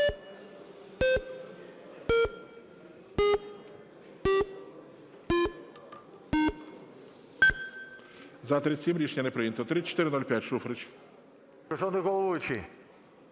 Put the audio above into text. За-37 Рішення не прийнято. 3405, Шуфрич.